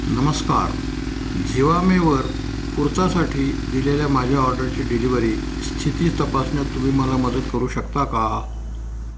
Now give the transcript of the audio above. नमस्कार झिवामेवर कुर्तासाठी दिलेल्या माझ्या ऑर्डरची डिलिव्हरी स्थिती तपासण्यात तुम्ही मला मदत करू शकता का